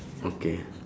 okay